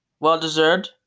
Well-deserved